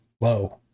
low